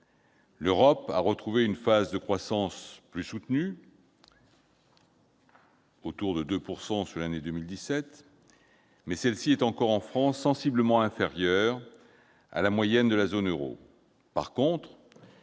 L'Europe a renoué avec une phase de croissance plus soutenue, à hauteur de 2 % environ sur l'année 2017, mais ce chiffre est encore, en France, sensiblement inférieur à la moyenne de la zone euro.